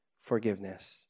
forgiveness